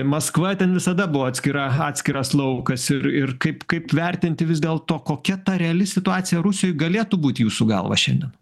maskva ten visada buvo atskira atskiras laukas ir ir kaip kaip vertinti vis dėlto kokia ta reali situacija rusijoj galėtų būt jūsų galva šiandien